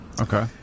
Okay